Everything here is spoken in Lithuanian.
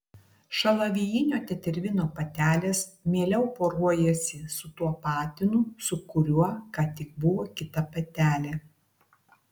šalavijinio tetervino patelės mieliau poruojasi su tuo patinu su kuriuo ką tik buvo kita patelė